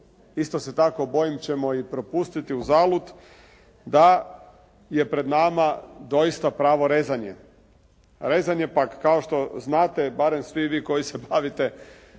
isto se tako bojim ćemo propustiti uzalud da je pred nama doista pravo rezanje. Rezanje pak kao što znate barem svi vi koji se bavite